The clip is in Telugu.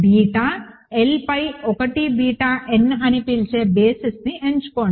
బీటా L పై 1 బీటా n అని పిలిచే బేసిస్ని ఎంచుకోండి